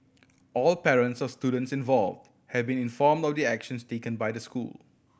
all parents of students involved have been informed of the actions taken by the school